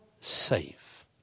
safe